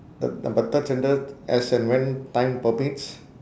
the number third sentence as and when time permits